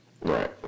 Right